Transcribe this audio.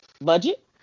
budget